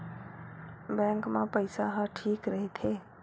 Bank मा पईसा ह ठीक राइथे?